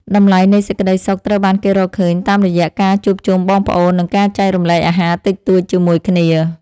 តម្លៃនៃសេចក្ដីសុខត្រូវបានគេរកឃើញតាមរយៈការជួបជុំបងប្អូន និងការចែករំលែកអាហារតិចតួចជាមួយគ្នា។